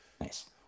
Nice